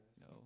No